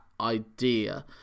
idea